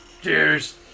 Cheers